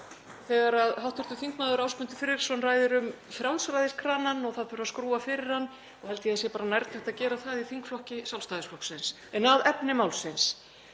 Þegar hv. þm. Ásmundur Friðriksson ræðir um frjálsræðiskranann og það þurfi að skrúfa fyrir hann, þá held ég að sé bara nærtækt að gera það í þingflokki Sjálfstæðisflokksins. En að efni málsins.